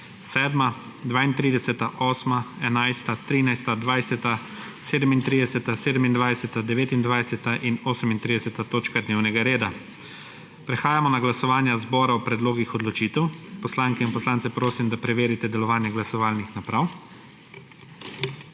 7., 32., 8., 11., 13., 20., 37., 27., 29. in 38. točka dnevnega reda. Prehajamo na glasovanje zbora o predlogih odločitev. Poslanke in poslance prosim, da preverite delovanje glasovalnih naprav.